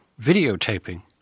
videotaping